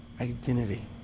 identity